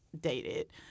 dated-